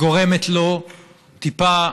היא גורמת לו טיפה,